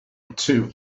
two